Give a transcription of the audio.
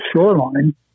shoreline